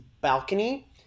balcony